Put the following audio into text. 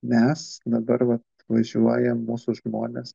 mes dabar va važiuojam mūsų žmonės